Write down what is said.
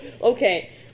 Okay